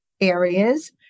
areas